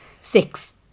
six